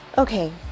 Okay